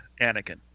Anakin